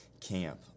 CAMP